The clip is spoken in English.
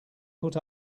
put